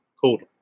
called